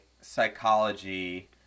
psychology